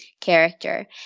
character